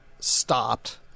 Stopped